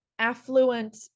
affluent